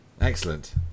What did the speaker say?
Excellent